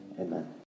Amen